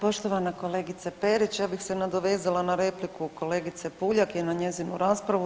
Poštovana kolegice Perić, ja bih se nadovezala na repliku kolegice Puljak i na njezinu raspravu.